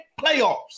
playoffs